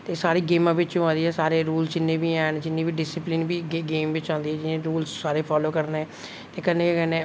ते सारी गेमा बिच अबा दी सारे रूल जिन्ने बी हैन जिन्ने बी डिसिपलिन बी गेम बिच आंदी ऐ जि'यां रूलस सारे फालो करने ते कन्नै कन्नै